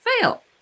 fail